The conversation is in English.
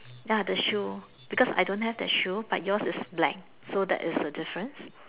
ya the shoe because I don't have that shoe but yours is black so that is the difference